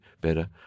better